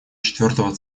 четвертого